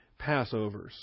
Passovers